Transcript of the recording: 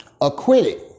acquitted